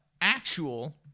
actual